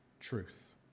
truth